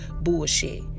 bullshit